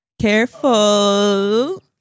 Careful